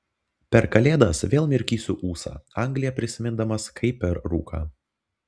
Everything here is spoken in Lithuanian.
per kalėdas vėl mirkysiu ūsą angliją prisimindamas kaip per rūką